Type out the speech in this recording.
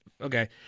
Okay